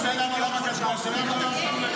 לכן צריך שזה יקרה בחוק.